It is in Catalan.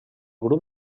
grup